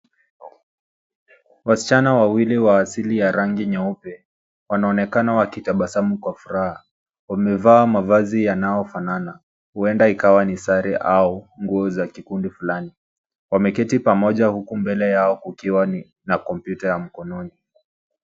Wasichana wawili wa asili ya rangi nyeupe wanaonekana wakitabasamu kwa furaha wamevaa mavazi yanayofanana, huenda ikawa ni sare au nguo za kikundi fulani. Wameketi pamoja huku mbele yao kukiwa na kompyuta ya mkononi.